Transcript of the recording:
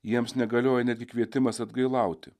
jiems negalioja netgi kvietimas atgailauti